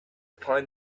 find